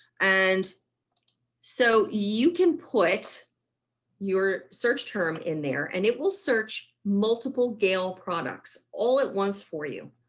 and so you can put your search term in there and it will search multiple gale products all at once for you.